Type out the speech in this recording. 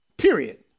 Period